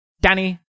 Danny